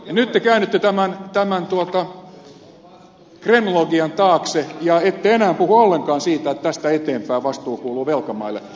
nyt te käännytte tämän kremlologian taakse ja ette enää puhu ollenkaan siitä että tästä eteenpäin vastuu kuuluu velkamaille